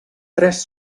tres